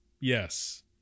Yes